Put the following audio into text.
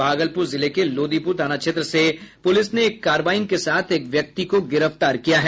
भागलपुर जिले के लोदीपुर थाना क्षेत्र से पुलिस ने एक कार्रबाइन के साथ एक व्यक्ति को गिरफ्तार किया है